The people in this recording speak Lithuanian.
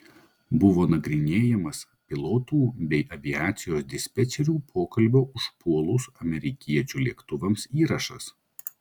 buvo nagrinėjamas pilotų bei aviacijos dispečerių pokalbio užpuolus amerikiečių lėktuvams įrašas